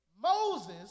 Moses